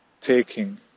taking